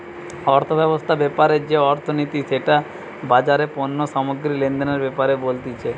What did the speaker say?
অর্থব্যবস্থা ব্যাপারে যে অর্থনীতি সেটা বাজারে পণ্য সামগ্রী লেনদেনের ব্যাপারে বলতিছে